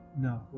No